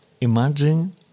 imagine